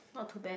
not too bad